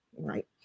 Right